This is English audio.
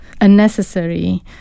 unnecessary